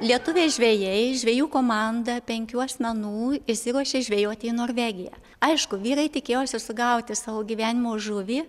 lietuviai žvejai žvejų komanda penkių asmenų išsiruošė žvejoti į norvegiją aišku vyrai tikėjosi sugauti savo gyvenimo žuvį